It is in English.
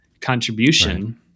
contribution